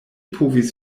povis